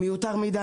מיותר מדי,